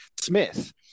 Smith